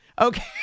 Okay